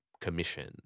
commission